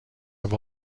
have